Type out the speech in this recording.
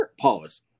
Pause